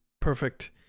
Perfect